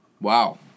Wow